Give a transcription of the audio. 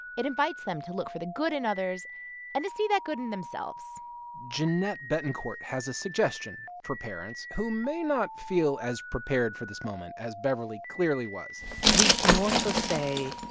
it invites them to look for the good in others and to see that good in themselves jeanette betancourt has a suggestion for parents who may not feel as prepared for this moment as beverly clearly was we can also say,